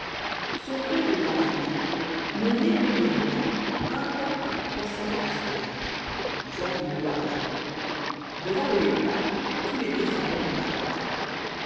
son cours étant fini mon écolier renard intente un procès à son maître disant qu'il ne doit rien devant le léopard tous les deux s'en vont comparaître